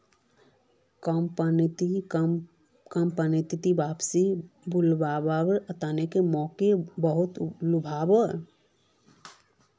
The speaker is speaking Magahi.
कंपनीत वापस बुलव्वार तने मोक बहुत लुभाले